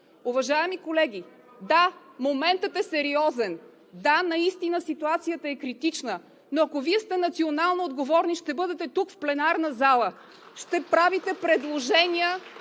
Уважаеми колеги, да, моментът е сериозен, да, наистина ситуацията е критична, но ако Вие сте националноотговорни, ще бъдете тук в пленарна зала (ръкопляскания